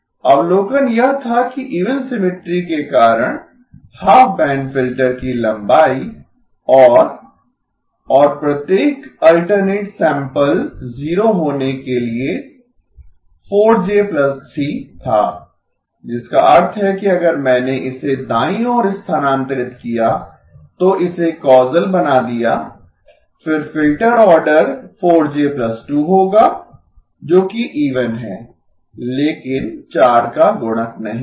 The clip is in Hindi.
अवलोकन यह था कि इवन सिमिट्री के कारण हाफ बैंड फ़िल्टर की लंबाई और और प्रत्येक अल्टरनेट सैंपल 0 होने के लिए 4J 3 था जिसका अर्थ है कि अगर मैंने इसे दाईं ओर स्थानांतरित किया तो इसे कौसल बना दिया फिर फ़िल्टर ऑर्डर 4J 2 होगा जो कि इवन है लेकिन 4 का गुणक नहीं है